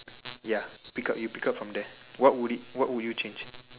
ya pick up you pick up from there what would it what would you change